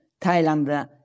Thailand